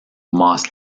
moss